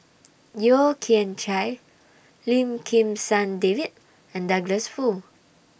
Yeo Kian Chye Lim Kim San David and Douglas Foo